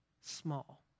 small